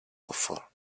offer